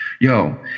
yo